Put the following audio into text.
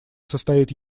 состоит